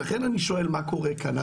ולכן אני שואל מה קורה כאן.